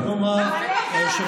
אחת.